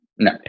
No